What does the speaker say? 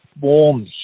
warm